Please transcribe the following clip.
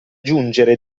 giungere